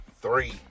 three